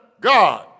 God